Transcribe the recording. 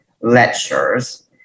lectures